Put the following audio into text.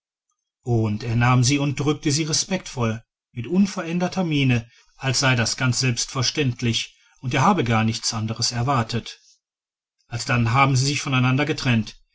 und er nahm sie und drückte sie respektvoll mit unveränderter miene als sei das ganz selbstverständlich und er habe gar nichts anderes erwartet alsdann haben sie sich voneinander getrennt